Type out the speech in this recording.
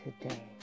today